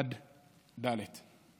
עד פסוק ד'.